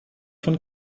von